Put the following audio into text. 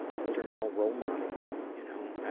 older male role model you know.